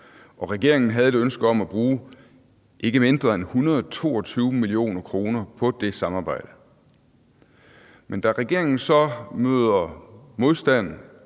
og regeringen havde et ønske om at bruge ikke mindre end 122 mio. kr. på det samarbejde. Men da regeringen så møder modstand